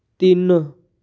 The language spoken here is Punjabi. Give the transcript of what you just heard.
ਤਿੰਨ